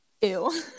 Ew